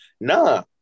Nah